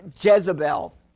Jezebel